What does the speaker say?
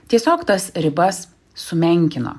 tiesiog tas ribas sumenkino